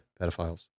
pedophiles